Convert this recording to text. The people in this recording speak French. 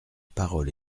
parole